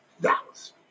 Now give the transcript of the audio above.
Dallas